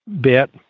bit